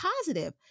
positive